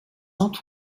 not